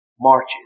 marches